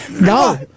No